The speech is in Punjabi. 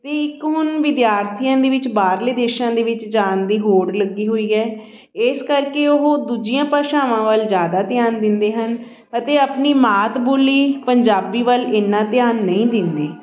ਅਤੇ ਇੱਕ ਹੁਣ ਵਿਦਿਆਰਥੀਆਂ ਦੇ ਵਿੱਚ ਬਾਹਰਲੇ ਦੇਸ਼ਾਂ ਦੇ ਵਿੱਚ ਜਾਣ ਦੀ ਹੋੜ ਲੱਗੀ ਹੋਈ ਹੈ ਇਸ ਕਰਕੇ ਉਹ ਦੂਜੀਆਂ ਭਾਸ਼ਾਵਾਂ ਵੱਲ ਜ਼ਿਆਦਾ ਧਿਆਨ ਦਿੰਦੇ ਹਨ ਅਤੇ ਆਪਣੀ ਮਾਤ ਬੋਲੀ ਪੰਜਾਬੀ ਵੱਲ ਇੰਨਾਂ ਧਿਆਨ ਨਹੀਂ ਦਿੰਦੇ